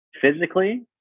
physically